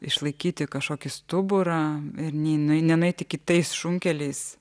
išlaikyti kažkokį stuburą ir ne nenueiti kitais šunkeliais